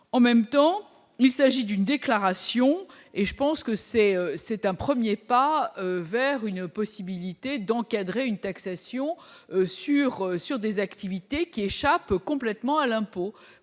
en même temps, il s'agit d'une déclaration et je pense que c'est c'est un 1er pas vers une possibilité d'encadrer une taxation sur sur des activités qui échappent complètement à l'impôt,